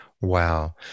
Wow